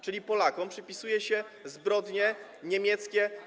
czyli Polakom przypisuje się zbrodnie niemieckie.